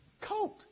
coat